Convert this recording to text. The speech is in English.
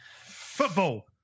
football